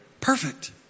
perfect